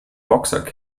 boxsack